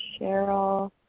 Cheryl